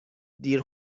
دیر